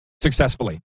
successfully